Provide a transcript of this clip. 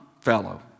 fellow